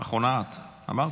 אחרונה את, אמרתי.